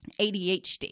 ADHD